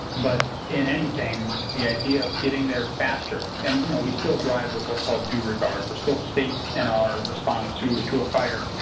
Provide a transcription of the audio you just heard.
but in anything, the idea of getting there faster. and, you know, we still drive with what's called due regard. we're still based in our response to to a fire.